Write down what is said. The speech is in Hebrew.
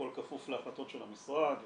הכל כפוף להחלטות של המשרד וכו',